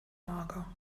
mager